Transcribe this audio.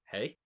Hey